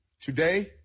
Today